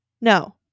No